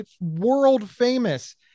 world-famous